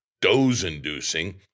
doze-inducing